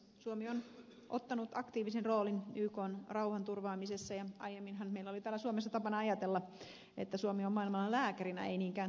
suomi on ottanut aktiivisen roolin ykn rauhanturvaamisessa ja aiemminhan meillä oli täällä suomessa tapana ajatella että suomi on maailman lääkärinä ei niinkään tuomarina